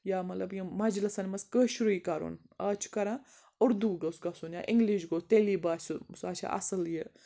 یا مطلب یِم مجلَسَن منٛز کٲشرُے کَرُن آز چھُ کَران اُردو گوٚژھ گژھُن یا اِنٛگلِش گوٚژھ تیٚلی باسیو سُہ حظ چھُ اَصٕل یہِ